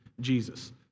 Jesus